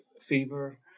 fever